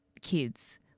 kids –